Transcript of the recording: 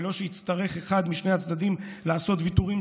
בלא שיצטרך אחד משני הצדדים לעשות ויתורים